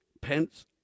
Pence